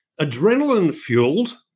adrenaline-fueled